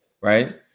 Right